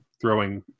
throwing